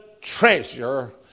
treasure